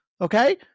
okay